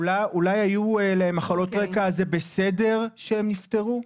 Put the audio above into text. אולי היו להם מחלות רקע, אז זה בסדר שהם נפטרו?